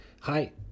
hi